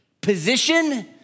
position